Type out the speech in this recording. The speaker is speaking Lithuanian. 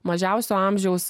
mažiausio amžiaus